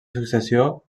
successió